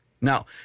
Now